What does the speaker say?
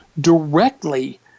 directly